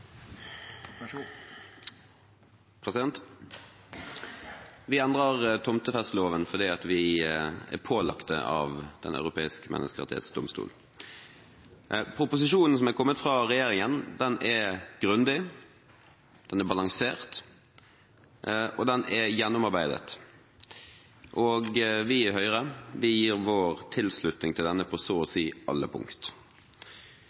av Den europeiske menneskerettsdomstolen. Proposisjonen som er kommet fra regjeringen, er grundig, balansert og gjennomarbeidet, og vi i Høyre gir vår tilslutning til denne på så å si alle punkt.